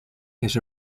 his